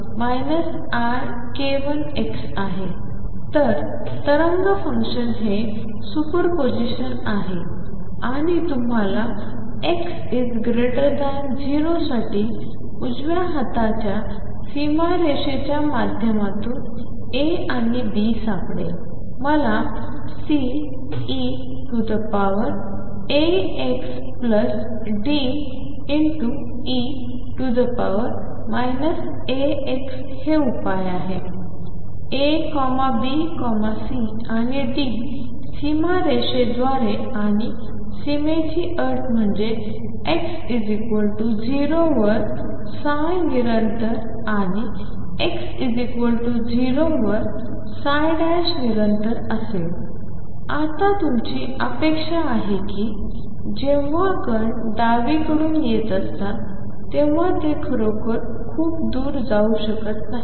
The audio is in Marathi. तर तरंग फंक्शन हे सुपरपोजिशन आहे आणि आम्हाला x 0 साठी उजव्या हाताच्या सीमारेषेच्या माध्यमातून A आणि B सापडेल मला CeαxD e αxहे उपाय आहे A B C आणि डी सीमारेषेद्वारे आणि सीमेच्या अटी म्हणजे x 0 वर निरंतर आणि x0 वर निरंतर असेल आता आमची अपेक्षा आहे की जेव्हा कण डावीकडून येत असतात तेव्हा ते खरोखर खूप दूर जाऊ शकत नाहीत